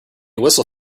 whistle